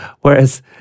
Whereas